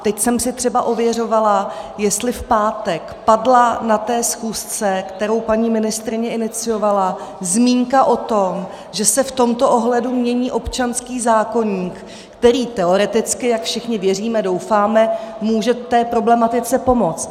Teď jsem si třeba ověřovala, jestli v pátek padla na té schůzce, kterou paní ministryně iniciovala, zmínka o tom, že se v tomto ohledu mění občanský zákoník, který teoreticky jak všichni věříme a doufáme může v té problematice pomoci.